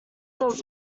does